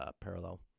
parallel